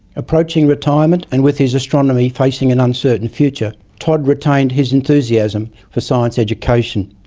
approaching retirement, and with his astronomy facing an uncertain future, todd retained his enthusiasm for science education,